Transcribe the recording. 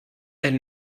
elle